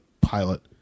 pilot